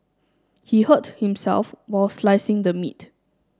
he hurt himself while slicing the meat